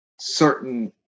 certain